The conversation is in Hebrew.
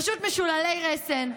פשוט משוללי רסן.